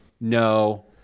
No